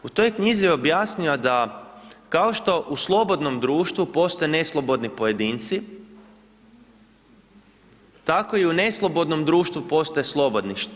U toj knjizi je objasnio da kao što u slobodnom društvu postoje neslobodni pojedinci tako i u neslobodnom društvu postoje slobodni.